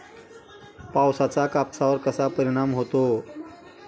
पावसाचा कापसावर कसा परिणाम होतो?